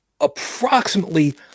approximately